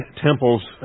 temples